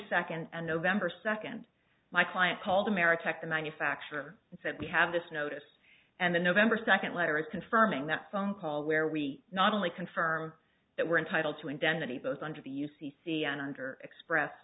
second and november second my client called ameritech the manufacturer and said we have this notice and the november second letter is confirming that phone call where we not only confirm that we're entitled to indemnity both under the u c c and under express